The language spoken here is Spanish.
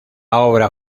obra